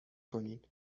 کنین